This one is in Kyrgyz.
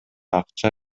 акча